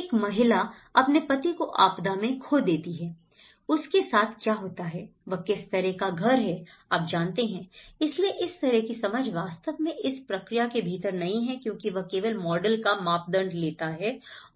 एक महिला अपने पति को आपदा में खो देती है उसके साथ क्या होता है वह किस तरह का घर है आप जानते हैं इसलिए इस तरह की समझ वास्तव में इस प्रक्रिया के भीतर नहीं है क्योंकि यह केवल मॉडल का मापदंड लेता है